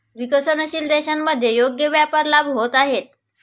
विकसनशील देशांमध्ये योग्य व्यापार लाभ होत आहेत